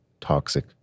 toxic